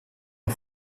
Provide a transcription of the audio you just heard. der